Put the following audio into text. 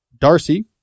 Darcy